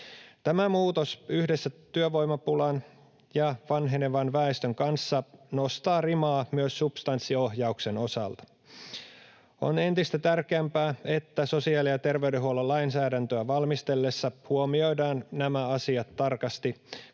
Tämä muutos yhdessä työvoimapulan ja vanhenevan väestön kanssa nostaa rimaa myös substanssiohjauksen osalta. On entistä tärkeämpää, että sosiaali- ja terveydenhuollon lainsäädäntöä valmisteltaessa huomioidaan nämä asiat tarkasti,